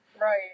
right